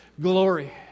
glory